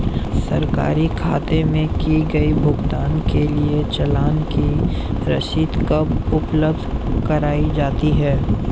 सरकारी खाते में किए गए भुगतान के लिए चालान की रसीद कब उपलब्ध कराईं जाती हैं?